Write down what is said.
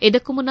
ಇದಕ್ಕೂ ಮುನ್ನ